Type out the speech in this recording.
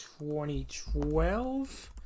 2012